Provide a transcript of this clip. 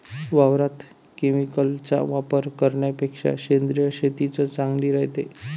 वावरात केमिकलचा वापर करन्यापेक्षा सेंद्रिय शेतीच चांगली रायते